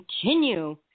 continue